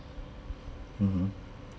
mmhmm